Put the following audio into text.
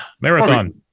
marathon